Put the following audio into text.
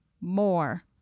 more